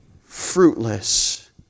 fruitless